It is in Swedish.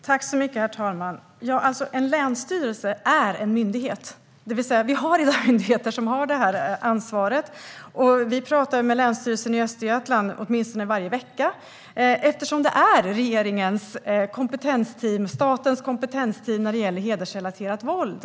Herr talman! En länsstyrelse är en myndighet. Vi har alltså redan myndigheter som har detta ansvar. Vi talar med Länsstyrelsen i Östergötland åtminstone varje vecka eftersom den är regeringens och statens kompetensteam när det gäller hedersrelaterat våld.